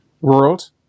world